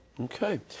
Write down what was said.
okay